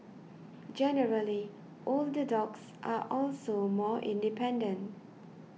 generally older dogs are also more independent